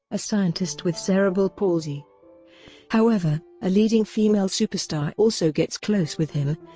a scientist with cerebral palsy however, a leading female superstar also gets close with him,